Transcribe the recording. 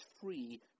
free